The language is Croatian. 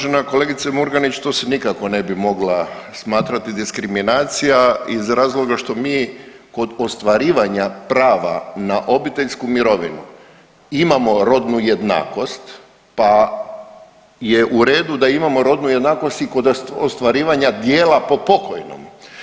Uvažena kolegice Murganić to se nikako ne bi mogla smatrati diskriminacija iz razloga što mi kod ostvarivanja prava na obiteljsku mirovinu imamo rodnu jednakost, pa je u redu da imamo rodnu jednakost i kod ostvarivanja dijela po pokojnom.